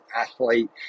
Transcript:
athlete –